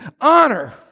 honor